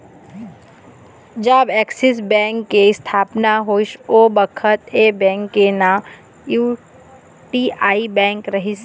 जब Axis bank के इस्थापना होइस ओ बखत ऐ बेंक के नांव यूटीआई बेंक रिहिस हे